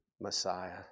Messiah